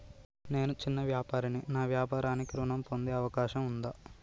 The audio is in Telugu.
నేను చిన్న వ్యాపారిని నా వ్యాపారానికి ఋణం పొందే అవకాశం ఉందా?